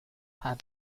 had